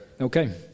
Okay